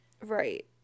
Right